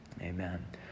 Amen